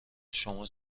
شما